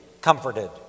comforted